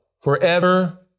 Forever